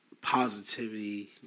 positivity